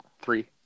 Three